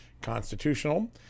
constitutional